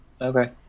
Okay